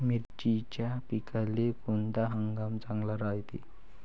मिर्चीच्या पिकाले कोनता हंगाम चांगला रायते?